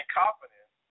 confidence